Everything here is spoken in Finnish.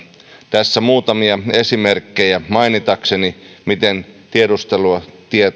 tässä muutamia esimerkkejä mainitakseni miten